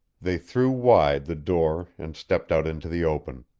they threw wide the door and stepped out into the open.